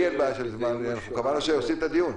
לי אין בעיה של זמן, קבענו שעושים את הדיון.